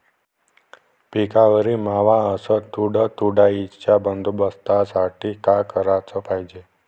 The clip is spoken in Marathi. पिकावरील मावा अस तुडतुड्याइच्या बंदोबस्तासाठी का कराच पायजे?